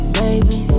baby